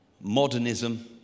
modernism